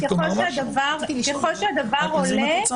בוודאי.